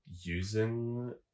Using